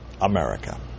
America